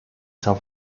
san